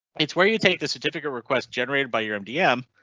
it's where you take the certificate request generated by your mdm.